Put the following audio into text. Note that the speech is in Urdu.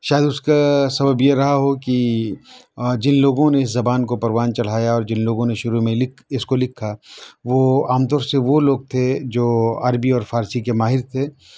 شاید اُس کا سبب یہ رہا ہو کہ جن لوگوں نے زبان کو پروان چڑھایا اور جن لوگوں نے شروع میں اس کو لکھا وہ عام طور سے وہ لوگ تھے جو عربی اور فارسی کے ماہر تھے